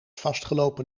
vastgelopen